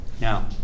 Now